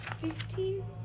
Fifteen